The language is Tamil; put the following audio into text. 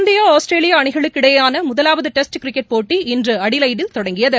இந்தியா ஆஸ்திரேலியா அணிகளுக்கு இடையேயான முதலாவது டெஸ்ட கிரிக்கெட் போட்டி இன்று அடிலைடில் தொடங்கியது